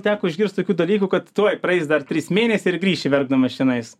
teko išgirst tokių dalykų kad tuoj praeis dar trys mėnesiai ir grįši verkdamas čionais